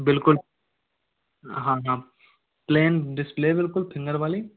बिल्कुल हाँ हाँ प्लेन डिस्प्ले बिल्कुल फिंगर वाली